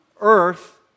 earth